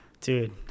dude